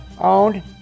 owned